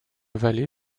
vallée